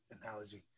analogy